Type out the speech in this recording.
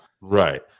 Right